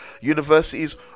universities